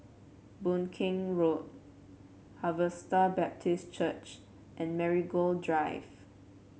Boon Keng Road Harvester Baptist Church and Marigold Drive